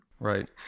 Right